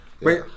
Wait